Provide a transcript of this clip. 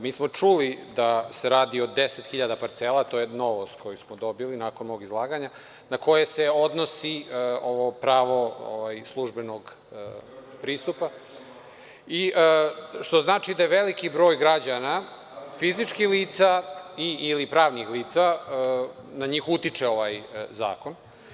Mi smo čuli da se radi o deset hiljada parcela, to je novost koju smo dobili nakon ovog izlaganja, na koju se odnosi ovo pravo službenog pristupa, što znači da je veliki broj građana fizičkih lica ili pravnih lica na koje utiče ovaj zakon.